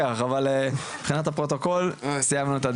מבחינת הפרוטוקול אנחנו סיימנו את הדיון.